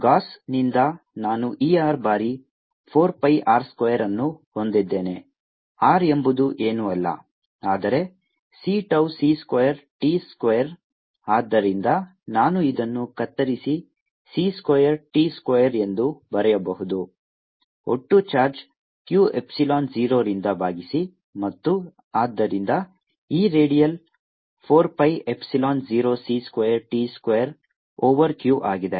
ಗೌಸ್ನಿಂದ ನಾನು E r ಬಾರಿ 4 pi r ಸ್ಕ್ವೇರ್ಅನ್ನು ಹೊಂದಿದ್ದೇನೆ r ಎಂಬುದು ಏನೂ ಅಲ್ಲ ಆದರೆ c tau c square t square ಆದ್ದರಿಂದ ನಾನು ಇದನ್ನು ಕತ್ತರಿಸಿ c ಸ್ಕ್ವೇರ್ t ಸ್ಕ್ವೇರ್ ಎಂದು ಬರೆಯಬಹುದು ಒಟ್ಟು ಚಾರ್ಜ್ q ಎಪ್ಸಿಲಾನ್ 0 ರಿಂದ ಭಾಗಿಸಿ ಮತ್ತು ಆದ್ದರಿಂದ E radial 4 pi epsilon 0 c square t square over q ಆಗಿದೆ